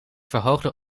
verhoogde